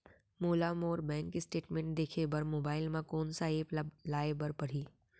मोला मोर bank statement देखे बर मोबाइल मा कोन सा एप ला लाए बर परही?